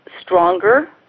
stronger